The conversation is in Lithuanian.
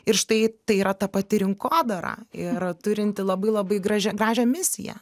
ir štai tai yra ta pati rinkodara ir turinti labai labai gražia gražią misiją